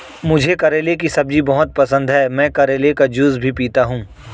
मुझे करेले की सब्जी बहुत पसंद है, मैं करेले का जूस भी पीता हूं